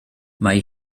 mae